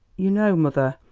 you know, mother,